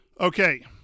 Okay